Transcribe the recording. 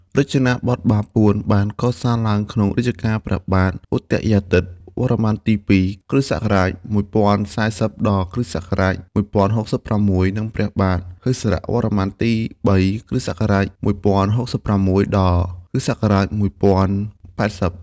រចនាបថបាពួន បានកសាងឡើងនៅក្នុងរជ្ជកាលព្រះបាទឧទយាទិត្យវរ្ម័នទី ២ (គ.ស.១០៤០ ដល់ គ.ស.១០៦៦) និង ព្រះបាទហិសវរ្ម័នទី ៣ (គ.ស.១០៦៦ ដល់ គ.ស. ១០៨០)។